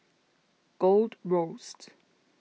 Gold Roast